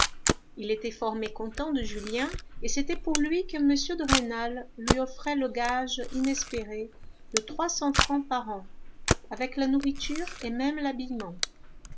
il était fort mécontent de julien et c'était pour lui que m de rênal lui offrait le gage inespéré de trois cents francs par an avec la nourriture et même l'habillement